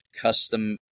custom